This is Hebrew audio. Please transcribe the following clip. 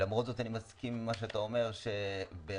למרות זאת אני מסכים עם מה שאתה אומר, ברגע